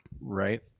right